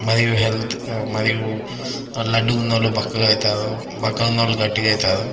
మరియు హెల్త్ మరియు లడ్డుగా ఉన్నవాళ్ళు బక్కగా అవుతారు బక్కగా ఉన్నవాళ్ళు గట్టిగా అవుతారు